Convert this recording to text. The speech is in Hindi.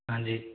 हाँ जी